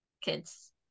kids